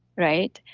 right?